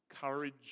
Courage